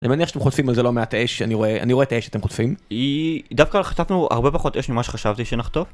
אני מניח שאתם חוטפים על זה לא מעט אש, אני רואה את האש שאתם חוטפים דווקא חטפנו הרבה פחות אש ממה שחשבתי שנחטוף